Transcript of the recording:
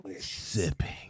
Sipping